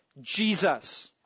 Jesus